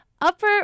Upper